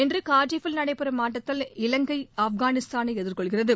இன்று கார்டிஃபில் நடைபெறும் ஆட்டத்தில் இலங்கை ஆப்கானிஸ்தானை எதிர்கொள்கிறது